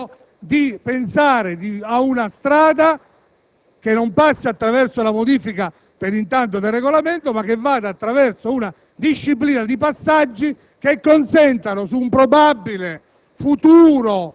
è a pensare ad una strada che non passi attraverso la modifica per intanto del Regolamento, ma attraverso una disciplina di passaggi che consentano all'Aula